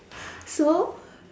so